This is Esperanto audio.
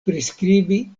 priskribi